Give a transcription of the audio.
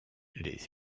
les